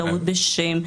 טעות בשם,